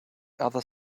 other